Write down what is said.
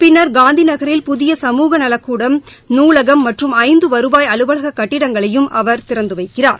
பின்னர் காந்திநகரில் புதிய சமூக நலக்கூடம் நூலகம் மற்றும் ஐந்து வருவாய் அலுவலகக் கட்டடங்களையும் அவர் திறந்து வைக்கிறார்